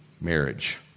marriage